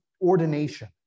ordination